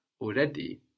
already